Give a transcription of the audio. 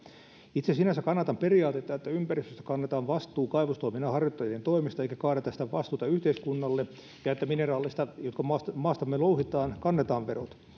itse sinänsä kannatan periaatetta että ympäristöstä kannetaan vastuu kaivostoiminnan harjoittajien toimesta eikä kaadeta sitä vastuuta yhteiskunnalle ja että mineraaleista jotka maastamme maastamme louhitaan kannetaan verot